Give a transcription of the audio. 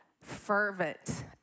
fervent